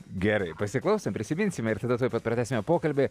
gerai pasiklausom prisiminsime ir tada tuoj pat pratęsime pokalbį